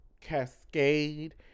cascade